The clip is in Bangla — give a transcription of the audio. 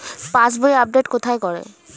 পাসবই আপডেট কোথায় করে?